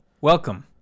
welcome